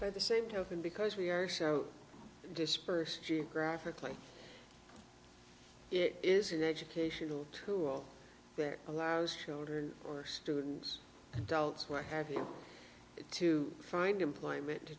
by the same token because we are so dispersed geographically it is an educational tool that allows children or students delts who are happy to find employment to